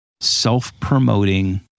self-promoting